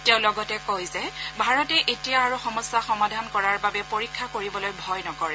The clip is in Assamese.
তেওঁ লগতে কয় যে ভাৰতে এতিয়া আৰু সমস্যা সমাধান কৰাৰ বাবে পৰীক্ষা কৰিবলৈ ভয় নকৰে